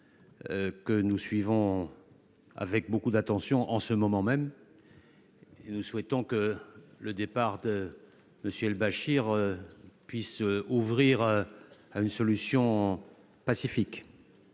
que nous suivons avec beaucoup d'attention. Nous souhaitons que le départ de M. el-Béchir puisse ouvrir la voie à une solution pacifique.